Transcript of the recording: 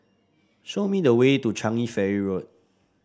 show me the way to Changi Ferry Road